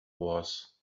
was